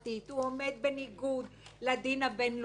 הוא עומד בניגוד לדין הבין-לאומי.